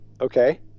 Okay